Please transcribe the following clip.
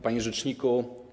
Panie Rzeczniku!